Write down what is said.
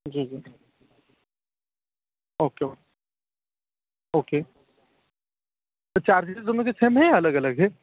जी जी okay okay okay charges दोनों के सेम हैं या अलग अलग हैं